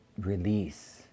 release